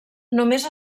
només